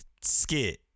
skit